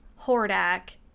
Hordak